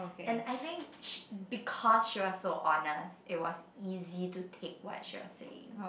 and I think she because she was so honest it was easy to take what she was saying